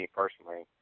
personally